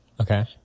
Okay